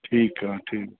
ठीकु आहे ठीकु